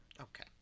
okay